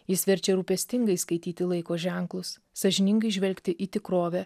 jis verčia rūpestingai skaityti laiko ženklus sąžiningai žvelgti į tikrovę